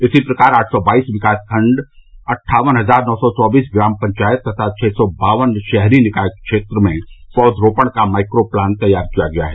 इसी प्रकार आठ सौ बाईस विकास खण्ड अट्ठावन हजार नौ सौ चौबीस ग्राम पंचायत तथा छ सौ बावन शहरी निकाय क्षेत्र में पौध रोपण का माइक्रो प्लान तैयार किया गया है